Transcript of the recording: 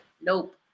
Nope